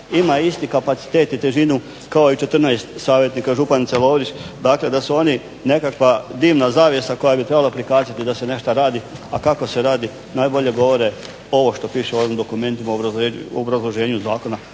ima isti kapacitet i težinu kao i 14 savjetnika županice Lovrić, dakle da su oni nekakva divna zavjesa koja bi trebala pokazati da se nešto radi, a kako se radi, najbolje govore ovo što piše u ovim dokumentima u obrazloženju zakona